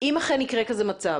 אכן יקרה כזה מצב,